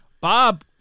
Bob